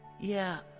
yeah,